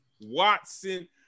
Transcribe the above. Watson